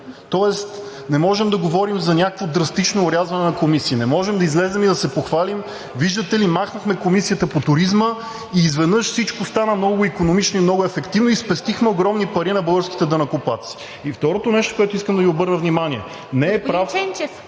Тоест не можем да говорим за някакво драстично орязване на комисии, не можем да излезем и да се похвалим: виждате ли, махнахме Комисията по туризма и изведнъж стана много икономично, много ефективно и спестихме огромни пари на българските данъкоплатци. И второто нещо, на което искам да Ви обърна внимание. Не е прав...